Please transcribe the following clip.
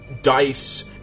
DICE